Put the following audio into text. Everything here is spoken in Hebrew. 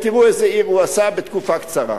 ותראו איזה עיר הוא עשה בתקופה קצרה.